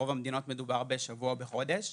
ברוב המדינות מדובר בשבוע וחודש,